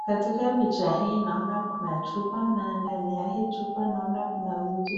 Katika picha hii naona kuna chupa na ndani ya hii chupa naona kuna vitu